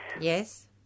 Yes